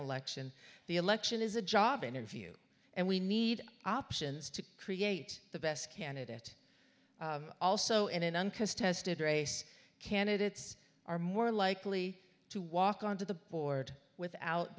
election the election is a job interview and we need options to create the best candidate also in an uncontested race candidates are more likely to walk on to the board without